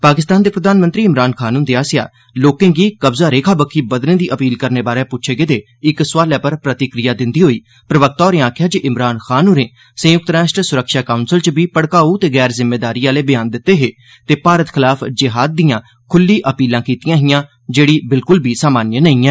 पाकिस्तान दे प्रधानमंत्री इमरान खान हुंदे आसेआ लोकें गी कब्ज़ा रेखा बक्खी बधने दी अपील करने बारै पुच्छे गेदे इक सोआलै पर प्रतिक्रिया दिंदे होई प्रवक्ता होरें आखेआ जे इमरान खान होरें संयुक्त राष्ट्र सुरक्षा काउंसल च बी भड़काउ ते गैर जिम्मेदारी आहले बयान दित्ते हे ते भारत खलाफ जिहाद दिआं खुल्ली अपीलां कीतीआं हिआं जेहड़ा बिल्कुल बी सामान्य नेईं ऐ